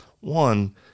one